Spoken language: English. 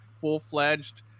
full-fledged